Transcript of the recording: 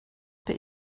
but